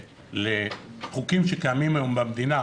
לחוקים שקיימים היום במדינה,